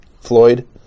Floyd